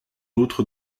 outre